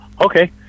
Okay